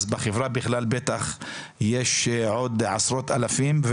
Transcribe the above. אז בחברה בכלל יש עוד עשרות אלפים,